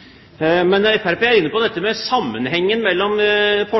er inne på dette med forslagene og